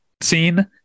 scene